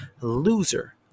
Loser